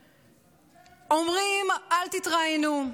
אומרים: אל תתראיינו,